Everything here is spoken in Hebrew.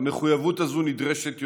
המחויבות הזו נדרשת יותר,